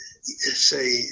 Say